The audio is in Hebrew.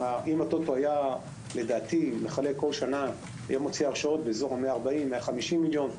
אם הטוטו היה מוציא בכל שנה הרשאות בסביבות 140 150 מיליון שקל,